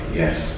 yes